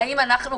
האם אנחנו,